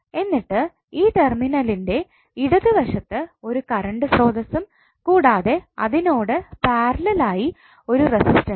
എന്നിട്ട് ഈ ടെർമിനലിൻറെ ഇടതുവശത്തു ഒരു കറണ്ട് സ്രോതസ്സും കൂടാതെ അതിനോട് പാരലൽ ആയി ഒരു റെസിസ്റ്റൻസ്സും